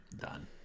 Done